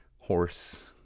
horse